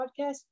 podcast